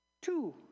Two